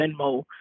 Venmo